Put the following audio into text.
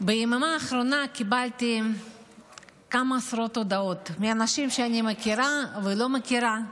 ביממה האחרונה קיבלתי כמה עשרות הודעות מאנשים שאני מכירה ולא מכירה,